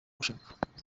gushaka